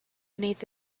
beneath